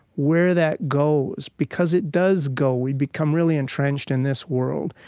where that goes, because it does go. we become really entrenched in this world,